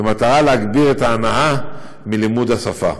במטרה להגביר את ההנאה מלימוד השפה.